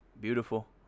Beautiful